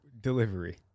delivery